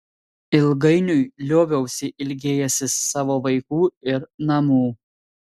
ilgainiui lioviausi ilgėjęsis savo vaikų ir namų